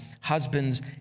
husbands